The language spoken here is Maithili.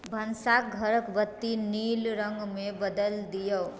भनसा घरक बत्ती नील रङ्गमे बदल दिऔ